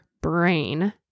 brain